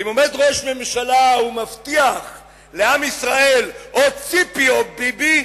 ואם עומד ראש ממשלה ומבטיח לעם ישראל או ציפי או ביבי,